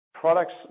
products